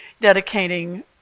dedicating